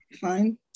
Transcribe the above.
Fine